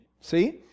see